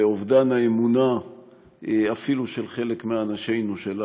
ואובדן האמונה אפילו, של חלק מאנשינו שלנו.